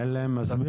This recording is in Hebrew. אין להם מספיק?